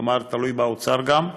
כלומר תלוי באוצר, גם.